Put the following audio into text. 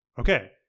Okay